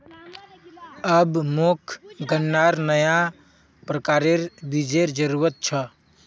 अब मोक गन्नार नया प्रकारेर बीजेर जरूरत छ